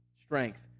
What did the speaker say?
strength